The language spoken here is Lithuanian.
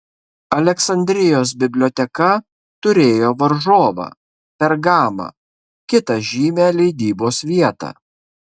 aleksandrijos biblioteka turėjo varžovą pergamą kitą žymią leidybos vietą